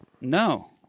no